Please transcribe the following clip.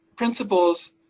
principles